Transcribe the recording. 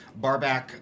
Barback